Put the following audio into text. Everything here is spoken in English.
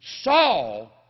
Saul